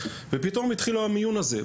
ופתאום התחיל המיון הזה,